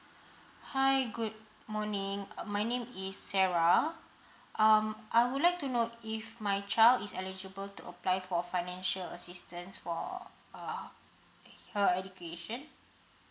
hi good morning uh my name is sarah um I would like to know if my child is eligible to apply for financial assistance for uh her education